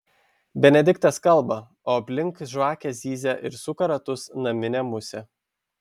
benediktas kalba o aplink žvakę zyzia ir suka ratus naminė musė